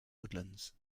woodlands